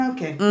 Okay